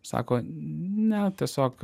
sako ne tiesiog